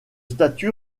statue